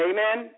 Amen